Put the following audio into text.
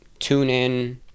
TuneIn